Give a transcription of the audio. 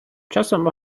часом